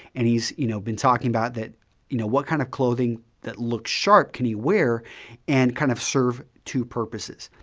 and you know been talking about that you know what kind of clothing that look sharp can he wear and kind of serve two purposes.